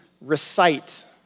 recite